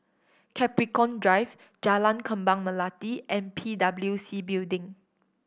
Capricorn Drive Jalan Kembang Melati and P W C Building